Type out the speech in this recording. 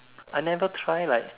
I never try like